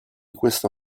questa